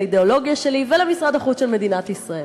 לאידיאולוגיה שלי ולמשרד החוץ של מדינת ישראל.